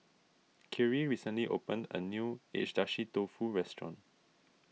Khiry recently opened a new Agedashi Dofu restaurant